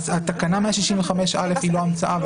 תקניה 165(א) היא לא המצאה.